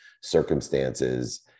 circumstances